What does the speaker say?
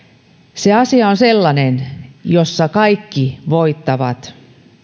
se asia on sellainen jossa kaikki voittavat